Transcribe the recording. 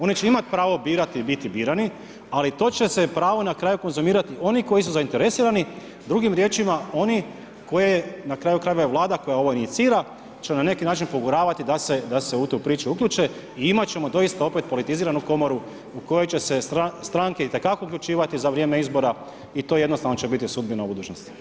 One će imati pravo birati i biti birani, ali to će se pravo na kraju konzumirati oni koji su zainteresirani, drugim riječima oni koje je, na kraju krajeva i Vlada koja ovo inicira, će na neki način poguravati da se u tu priču uključe i imati ćemo doista opet politiziranu komoru u kojoj će se stranke itekako uključivati za vrijeme izbora i to jednostavno će biti sudbina u budućnosti.